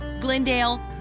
Glendale